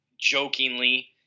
jokingly